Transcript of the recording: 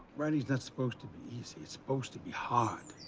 writing is not supposed to be easy, it's supposed to be hard.